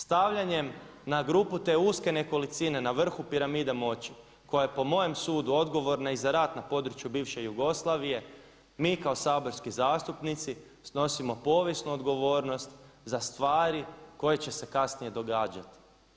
Stavljanjem na grupu te uske nekolicine na vrhu piramide moći koja je po mojem sudu odgovorna i za rat na području bivše Jugoslavije mi kao saborski zastupnici snosimo povijesnu odgovornost za stvari koje će se kasnije događati.